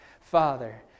Father